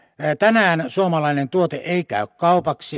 tänään suomalainen tuote ei käy kaupaksi